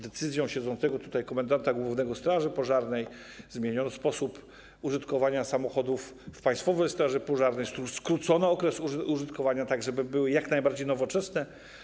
Decyzją siedzącego tutaj komendanta głównego Straży Pożarnej zmieniono sposób użytkowania samochodów w Państwowej Straży Pożarnej, skrócono okres ich użytkowania, tak żeby w PSP były samochody jak najbardziej nowoczesne.